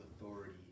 authority